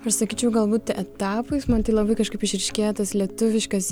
aš sakyčiau galbūt etapais man tai labai kažkaip išryškėja tas lietuviškas